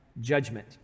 judgment